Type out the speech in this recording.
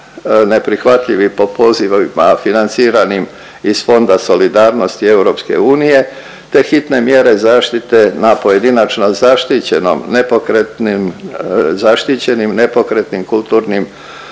neprihvatljivi po pozivima financiranim iz Fonda solidarnosti EU te hitne mjere zaštite na pojedinačno zaštićenom nepokretnom, zaštićenim